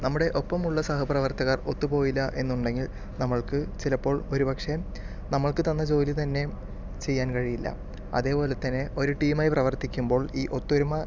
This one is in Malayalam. നമ്മുടെ ഒപ്പമുള്ള സഹപ്രവർത്തകർ ഒത്തു പോയില്ല എന്നുണ്ടെങ്കിൽ നമ്മൾക്ക് ചിലപ്പോൾ ഒരു പക്ഷെ നമ്മൾക്ക് തന്ന ജോലി തന്നെ ചെയ്യാൻ കഴിയില്ല അതേപോലെത്തന്നെ ഒരു ടീമായി പ്രവർത്തിക്കുമ്പോൾ ഈ ഒത്തൊരുമ